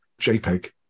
JPEG